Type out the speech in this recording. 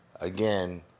again